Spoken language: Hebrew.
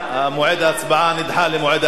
מועד ההצבעה נדחה למועד אחר,